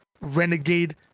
Renegade